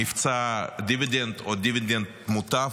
הוא מבצע הדיבידנד, או דיבידנד מוטב,